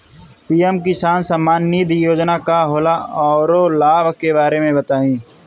PM Kisan Samman Nidhi Yojana का होला औरो लाभ के बारे में बताई?